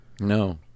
No